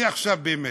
אני עכשיו, באמת,